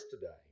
today